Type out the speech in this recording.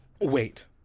wait